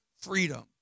freedom